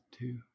two